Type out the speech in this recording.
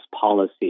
policy